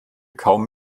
kaum